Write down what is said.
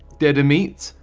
deadermeat,